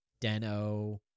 Deno